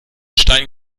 stein